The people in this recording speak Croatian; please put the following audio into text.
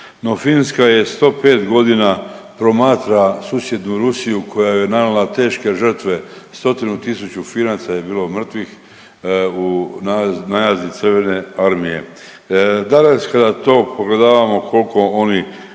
Finska je 105 godina promatra susjednu Rusija koja joj je nanijela teške žrtve, stotinu tisuću Finaca je bilo mrtvih u najezdi Crvene armije. Danas kada to pogledavamo koliko oni